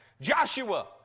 Joshua